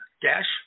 dash